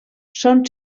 són